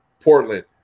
portland